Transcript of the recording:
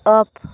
off